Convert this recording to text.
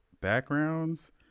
backgrounds